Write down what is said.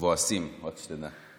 מבואסים, רק שתדע.